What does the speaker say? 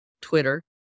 Twitter